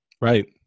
Right